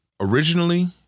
originally